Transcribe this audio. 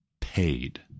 paid